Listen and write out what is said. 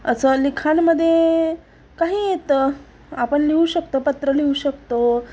असं लिखाणमध्ये काही येतं आपण लिहू शकतो पत्र लिहू शकतो